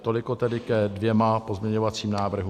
Toliko tedy ke dvěma pozměňovacím návrhům.